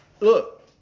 Look